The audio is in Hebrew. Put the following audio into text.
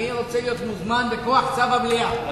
אני רוצה להיות מוזמן בכוח צו המליאה,